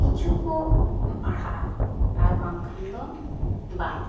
ᱠᱤᱪᱷ ᱠᱚ ᱯᱟᱲᱦᱟᱜᱼᱟ ᱟᱨ ᱵᱟᱝᱠᱷᱟᱱ ᱫᱚ ᱵᱟᱝ